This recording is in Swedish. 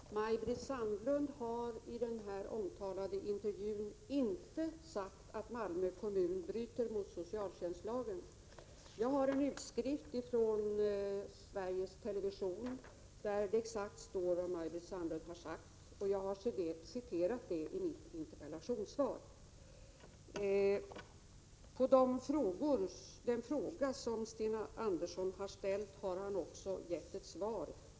Herr talman! Maj-Britt Sandlund har i den omtalade intervjun inte sagt att Malmö kommun bryter mot socialtjänstlagen. Jag har en utskrift från Sveriges Television, där det exakt står vad Maj-Britt Sandlund har sagt, och jag har citerat detta i mitt interpellationssvar. På den fråga Sten Andersson har ställt har han också gett ett svar.